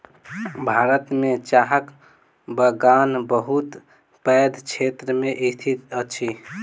भारत में चाहक बगान बहुत पैघ क्षेत्र में स्थित अछि